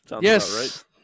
Yes